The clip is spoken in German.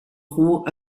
roh